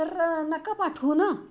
तर नका पाठवू ना